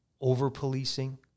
over-policing